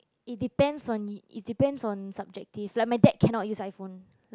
it depends on it depends on subjective like my dad cannot use iPhone like